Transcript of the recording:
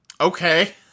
Okay